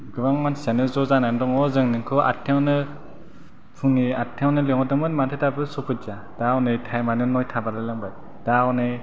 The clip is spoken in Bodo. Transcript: गोबां मानसियानो ज' जानानै दङ जों नोंखौ आठथायावनो फुंनि आठथायावनो लिंहरदोंमोन माथो दाबो सफैदिया दा हनै टाइमानो नयथा बारलायलांबाय दा हनै